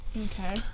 Okay